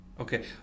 Okay